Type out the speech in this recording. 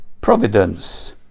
providence